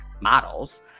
models